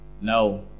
No